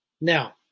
Now